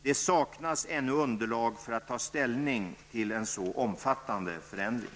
Det saknas ännu underlag för att ta ställning till en så omfattande förändring.